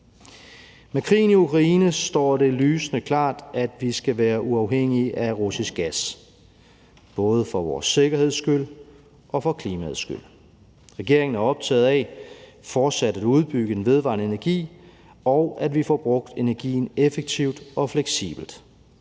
Med krigen i Ukraine står det lysende klart, at vi skal være uafhængige af russisk gas, både for vores sikkerheds skyld og for klimaets skyld. Regeringen er optaget af fortsat at udbygge den vedvarende energi, og at vi får brugt energien effektivt og fleksibelt.